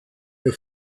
der